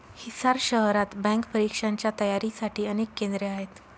हिसार शहरात बँक परीक्षांच्या तयारीसाठी अनेक केंद्रे आहेत